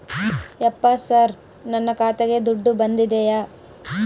ಯಪ್ಪ ಸರ್ ನನ್ನ ಖಾತೆಗೆ ದುಡ್ಡು ಬಂದಿದೆಯ?